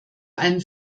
einen